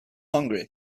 hungry